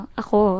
ako